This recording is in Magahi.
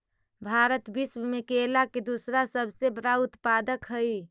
भारत विश्व में केला के दूसरा सबसे बड़ा उत्पादक हई